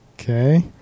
Okay